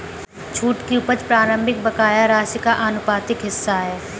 छूट की उपज प्रारंभिक बकाया राशि का आनुपातिक हिस्सा है